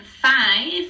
five